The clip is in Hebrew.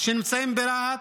שנמצאים ברהט.